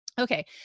Okay